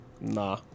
Nah